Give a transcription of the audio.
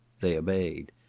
they obeyed.